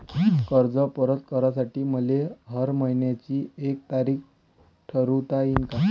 कर्ज परत करासाठी मले हर मइन्याची एक तारीख ठरुता येईन का?